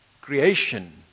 creation